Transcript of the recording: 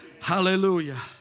Hallelujah